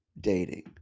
dating